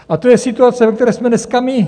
A to je situace, ve které jsme dneska my.